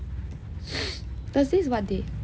thursday's what date